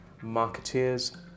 Marketeers